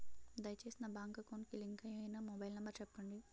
దయచేసి నా bank account కి లింక్ అయినా మొబైల్ నంబర్ చెప్పండి